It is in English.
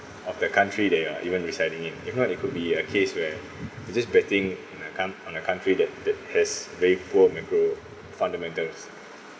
of that country they are even residing in if not it could be a case where it's just betting in a coun~ on a country that that has very poor macro fundamentals